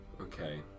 Okay